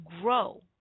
grow